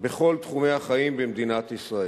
בכל תחומי החיים במדינת ישראל,